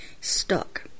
stuck